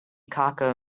kakko